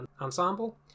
ensemble